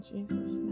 Jesus